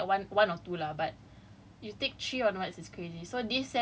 like it's gonna take non-exam mod at least take like one one or two lah but